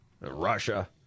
Russia